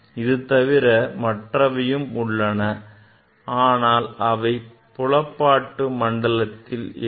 இது தவிர மற்றவையும் உள்ளன ஆனால் அவை புலப்பாட்டு மண்டலத்தில் இல்லை